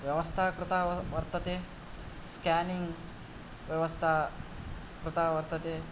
व्यवस्था कृता वर्तते स्केनिङ्ग् व्यवस्था कृता वर्तते